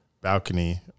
balcony